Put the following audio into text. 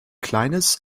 kleines